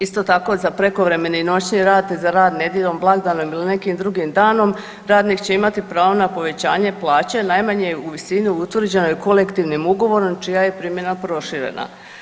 Isto tako za prekovremeni i noćni rad te za rad nedjeljom, blagdanom ili nekim drugim danom, radnik će imati pravo na povećanje plaće najmanje u visini utvrđenoj kolektivnim ugovorom čija je primjena proširena.